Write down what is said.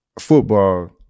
football